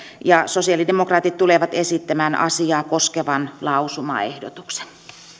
sosialidemokraatit tulevat esittämään asiaa koskevan lausumaehdotuksen